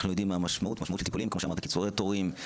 אנחנו יודעים שהמשמעות של טיפולים שונים הוא קיצורי תורים.